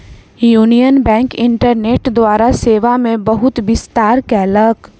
union Bank internet द्वारा सेवा मे बहुत विस्तार कयलक